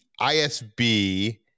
ISB